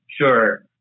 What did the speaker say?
Sure